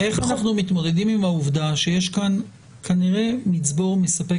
איך אנחנו מתמודדים עם העובדה שיש כאן כנראה מצבור מספק